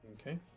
Okay